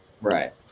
Right